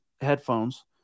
headphones